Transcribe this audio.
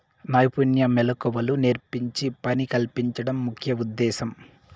నైపుణ్య మెళకువలు నేర్పించి పని కల్పించడం ముఖ్య ఉద్దేశ్యం